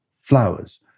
flowers